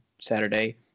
Saturday